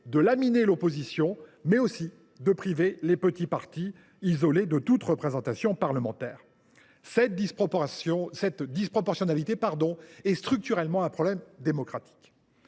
de laminer l’opposition, mais aussi de priver les petits partis, isolés de toute représentation parlementaire. Cette « disproportionnalité » est un problème démocratique